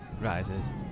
rises